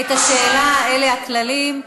אלה הכללים.